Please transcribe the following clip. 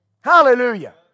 Hallelujah